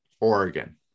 Oregon